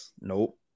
Nope